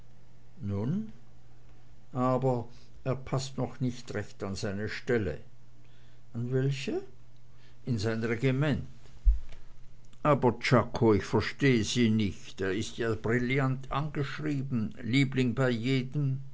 nun aber er paßt doch nicht recht an seine stelle an welche in sein regiment aber czako ich verstehe sie nicht er ist ja brillant angeschrieben liebling bei jedem